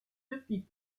depuis